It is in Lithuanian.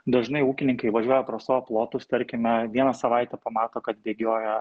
dažnai ūkininkai važiuoja pro savo plotus tarkime vieną savaitę pamato kad bėgioja